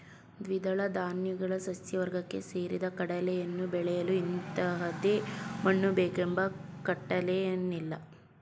ದ್ವಿದಳ ಧಾನ್ಯಗಳ ಸಸ್ಯವರ್ಗಕ್ಕೆ ಸೇರಿದ ಕಡಲೆಯನ್ನು ಬೆಳೆಯಲು ಇಂಥದೇ ಮಣ್ಣು ಬೇಕೆಂಬ ಕಟ್ಟಳೆಯೇನೂಇಲ್ಲ